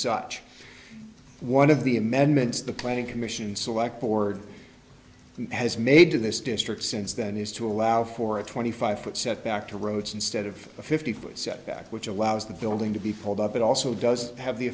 such one of the amendments the planning commission select board has made to this district since then is to allow for a twenty five foot setback to roads instead of a fifty foot setback which allows the building to be pulled up it also does have the